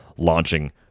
Launching